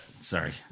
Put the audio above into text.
Sorry